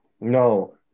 no